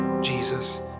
Jesus